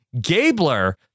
Gabler